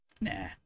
nah